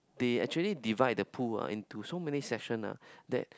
they actually divide the pool ah into so many sections ah that